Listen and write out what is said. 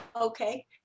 Okay